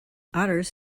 otters